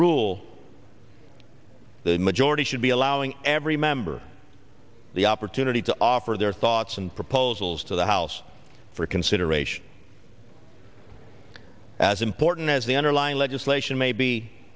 rule the majority should be allowing every member the opportunity to offer their thoughts and proposals to the house for consideration as important as the underlying legislation may be